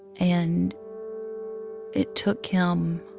and it took him